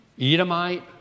Edomite